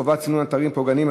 חובת סינון אתרים פוגעניים),